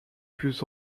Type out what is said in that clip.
plus